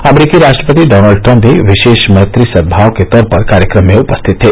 अमरीकी राष्ट्रपति Donald Trump भी विशेष मैत्री सद्भाव के तौर पर कार्यक्रम में उपस्थित थे